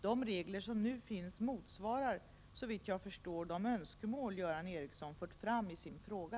De regler som nu finns motsvarar såvitt jag förstår de önskemål Göran Ericsson fört fram i sin fråga.